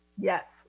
Yes